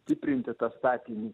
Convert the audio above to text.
stiprinti tą statinį